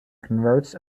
converts